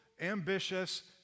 ambitious